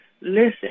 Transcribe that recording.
Listen